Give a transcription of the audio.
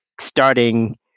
starting